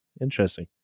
Interesting